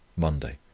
monday.